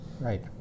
Right